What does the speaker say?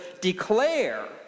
declare